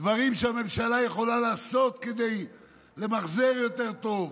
דברים שהממשלה יכולה לעשות כדי למחזר יותר טוב,